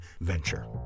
venture